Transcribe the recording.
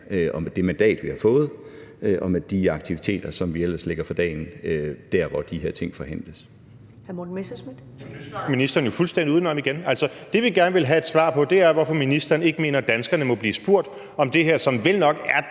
og med det mandat, vi har fået, og med de aktiviteter, som vi ellers lægger for dagen der, hvor de her ting forhandles.